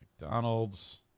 McDonald's